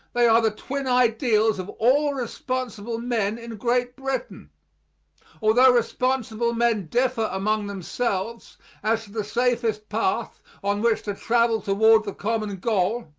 they are the twin ideals of all responsible men in great britain altho responsible men differ among themselves as to the safest path on which to travel toward the common goal,